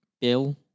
Bill